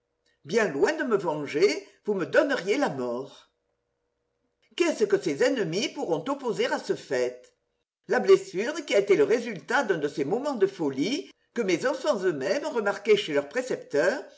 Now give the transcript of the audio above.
bien loin de me venger vous me donneriez la mort qu'est-ce que ses ennemis pourront opposer à ce fait la blessure qui a été le résultat d'un de ces moments de folie que mes enfants eux-mêmes remarquaient chez leur précepteur